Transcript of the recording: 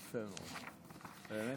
יפה מאוד, באמת יפה.